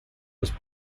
was